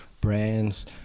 brands